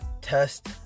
test